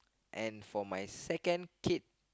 and for my second kid